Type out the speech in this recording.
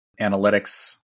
analytics